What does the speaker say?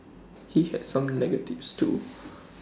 he had some negatives too